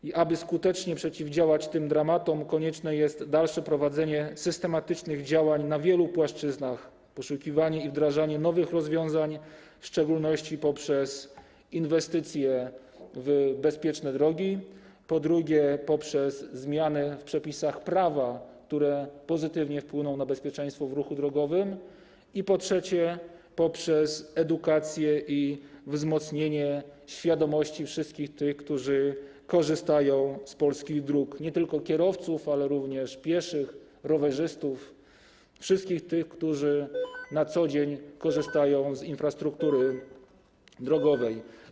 I aby skutecznie przeciwdziałać tym dramatom, konieczne jest dalsze prowadzenie systematycznych działań na wielu płaszczyznach, poszukiwanie i wdrażanie nowych rozwiązań, w szczególności, po pierwsze, poprzez inwestycje w bezpieczne drogi, po drugie, poprzez zmiany w przepisach prawa, które pozytywnie wpłyną na bezpieczeństwo w ruchu drogowym, i po trzecie, poprzez edukację i wzmocnienie świadomości wszystkich tych, którzy korzystają z polskich dróg, nie tylko kierowców, ale również pieszych, rowerzystów, wszystkich tych, którzy na co dzień korzystają z infrastruktury drogowej.